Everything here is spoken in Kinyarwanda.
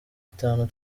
itanu